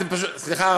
סליחה,